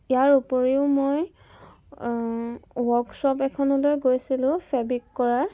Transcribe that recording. ইয়াৰ উপৰিও মই ৱৰ্কশ্বপ এখনলৈ গৈছিলোঁ ফেবিক কৰা